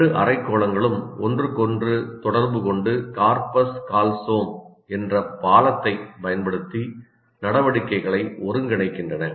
இரண்டு அரைக்கோளங்களும் ஒன்றுக்கொன்று தொடர்புகொண்டு கார்பஸ் கால்சோம் என்ற பாலத்தைப் பயன்படுத்தி நடவடிக்கைகளை ஒருங்கிணைக்கின்றன